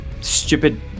stupid